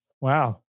Wow